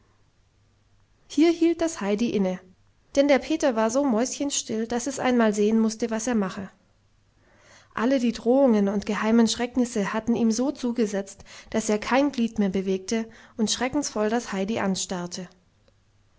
hier hielt das heidi inne denn der peter war so mäuschenstill daß es einmal sehen mußte was er mache alle die drohungen und geheimen schrecknisse hatten ihm so zugesetzt daß er kein glied mehr bewegte und schreckensvoll das heidi anstarrte